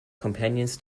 companions